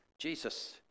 Jesus